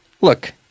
Look